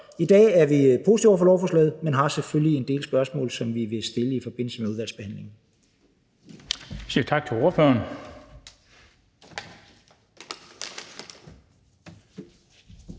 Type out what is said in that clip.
i dag er vi positive over for lovforslaget, men har selvfølgelig en del spørgsmål, som vi vil stille i forbindelse med udvalgsbehandlingen.